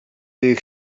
ich